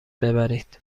ببرید